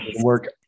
work